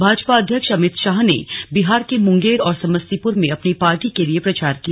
भाजपा अध्यक्ष अमित शाह ने बिहार के मुंगेर और समस्तीपुर में अपनी पार्टी के लिए प्रचार किया